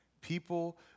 People